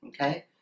okay